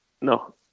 no